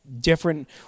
different